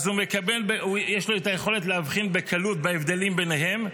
אז יש לו את היכולת להבחין בקלות בהבדלים ביניהם,